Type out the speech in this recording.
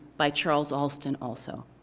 by charles alston, also.